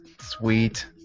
Sweet